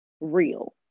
real